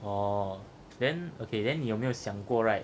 orh then okay then 你有没有想过 right